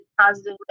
positive